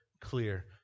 clear